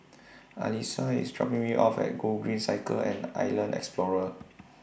Allyssa IS dropping Me off At Gogreen Cycle and Island Explorer